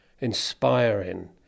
inspiring